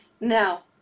Now